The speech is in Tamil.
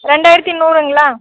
ரெண்டாயிரத்து நூறுங்களா